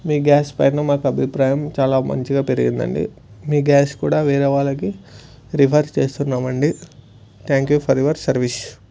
మీ gas పైన మాకు అభిప్రాయం చాలా మంచిగా పెరిగిందండి మీ గ్యాస్ కూడా వేరే వాళ్ళకి రిఫర్ చేస్తున్నామండి thank you for your service